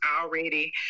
already